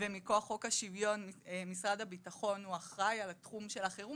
ומכוח חוק השוויון משרד הביטחון הוא אחראי על התחום של החירום.